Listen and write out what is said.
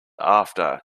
after